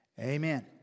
Amen